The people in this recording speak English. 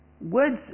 Words